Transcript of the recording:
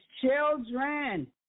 Children